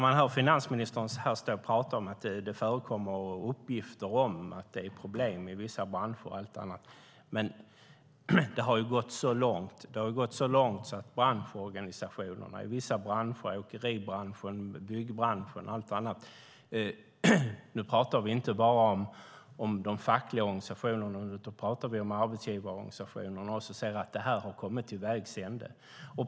Man hör finansministern här stå och tala om att det förekommer uppgifter om att det är problem i vissa branscher och allt annat. Det har gått så långt att branschorganisationerna i vissa branscher, bland annat åkeribranschen och byggbranschen, säger att det kommit till vägs ände. Nu talar vi inte bara om de fackliga organisationerna utan också om arbetsgivarorganisationerna.